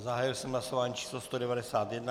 Zahájil jsem hlasování číslo 191.